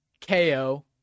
KO